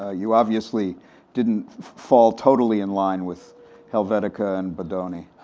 ah you obviously didn't fall totally in line with helvetica and bodoni.